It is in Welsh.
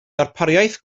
darpariaeth